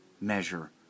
measure